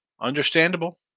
Understandable